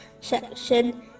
section